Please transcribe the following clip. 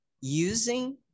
using